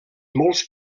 molts